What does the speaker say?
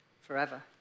Forever